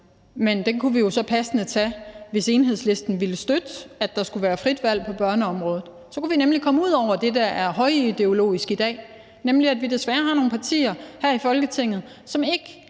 men den kunne vi så passende tage, hvis Enhedslisten ville støtte, at der skulle være frit valg på børneområdet. Så kunne vi nemlig komme ud over det, der er højideologisk i dag, nemlig at vi desværre har nogle partier her i Folketinget, som ikke